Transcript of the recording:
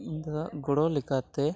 ᱤᱧ ᱫᱟᱫᱟᱣᱟᱜ ᱜᱚᱲᱚ ᱞᱮᱠᱟᱛᱮ